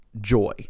joy